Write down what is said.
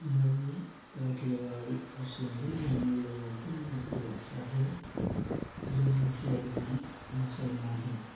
मैमनी काठियावाड़ी और सिंधी मैमन लोगों की मात्रभाषा है जिनमें से अधिकांश मुसलमान हैं